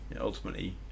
ultimately